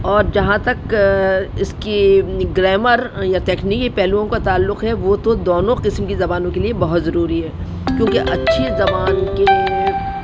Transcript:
اور جہاں تک اس کی گرامر یا تکنیکی پہلوؤں کا تعلق ہے وہ تو دونوں قسم کی زبانوں کے لیے بہت ضروری ہے کیونکہ اچھی زبان کے